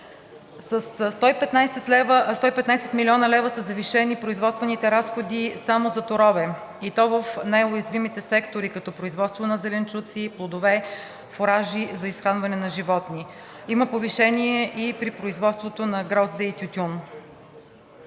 Със 115 млн. лв. са завишени производствените разходи само за торове, и то в най-уязвимите сектори, като производство на зеленчуци, плодове, фуражи за изхранване на животни. Има повишение и при производството на грозде и тютюн.